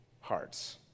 hearts